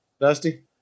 Dusty